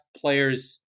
players